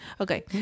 Okay